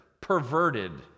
perverted